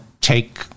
take